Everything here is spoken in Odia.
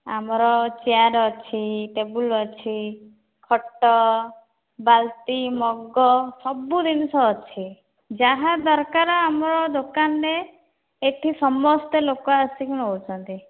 ଆମର ଚେୟାର୍ ଅଛି ଟେବଲ୍ ଅଛି ଖଟ ବାଲ୍ଟି ମଗ୍ ସବୁ ଜିନିଷ ଅଛି ଯାହା ଦରକାର ଆମ ଦୋକାନରେ ଏଠି ସମସ୍ତେ ଲୋକ ଆସିକି ନେଉଛନ୍ତି